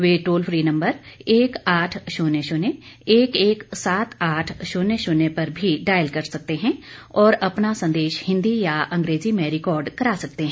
वे toll free number एक आठ शून्य शून्य एक एक सात आठ शून्य शून्य पर भी डायल कर सकते हैं और अपना संदेश हिंदी या अंग्रेजी में रिकॉर्ड कर सकते हैं